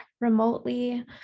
remotely